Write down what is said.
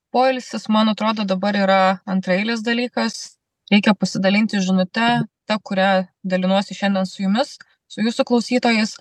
poilsis man atrodo dabar yra antraeilis dalykas reikia pasidalinti žinute ta kuria dalinuosi šiandien su jumis su jūsų klausytojais